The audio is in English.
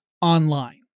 online